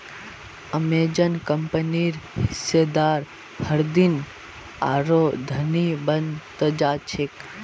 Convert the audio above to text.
Amazon कंपनीर हिस्सेदार हरदिन आरोह धनी बन त जा छेक